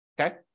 okay